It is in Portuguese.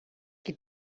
que